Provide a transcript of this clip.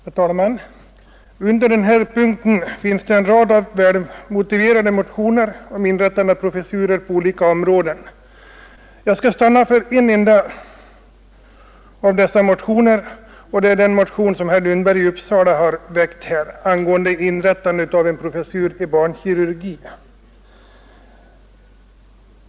Herr talman! Under denna punkt finns en rad välmotiverade motioner om inrättande av professurer på olika områden. Jag skall stanna inför en enda av dessa, nämligen den som herr Lundberg väckt angående inrättande av en professur i barnkirurgi.